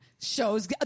shows